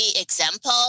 example